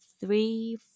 three